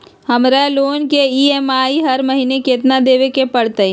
हमरा लोन के ई.एम.आई हर महिना केतना देबे के परतई?